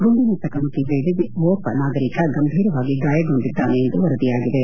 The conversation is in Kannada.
ಗುಂಡಿನ ಚಕಮಕಿ ವೇಳೆ ಓರ್ವ ನಾಗರೀಕ ಗಂಭೀರವಾಗಿ ಗಾಯಗೊಂಡಿದ್ದಾನೆ ಎಂದು ವರದಿಯಾಗಿದೆ